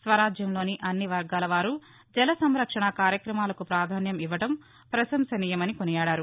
స్వరాజ్యంలోని అన్ని వర్గాల వారు జల సంరక్షణ కార్యకమాలకు ప్రాధాస్యం ఇవ్వడం ప్రశంసనీయమని కొనియాడారు